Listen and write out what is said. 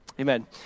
Amen